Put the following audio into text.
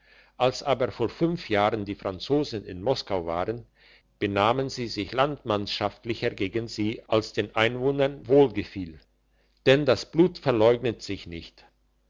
als aber vor fünf jahren die franzosen in moskau waren benahm sie sich landsmannschaftlicher gegen sie als den einwohnern wohlgefiel denn das blut verleugnet sich nicht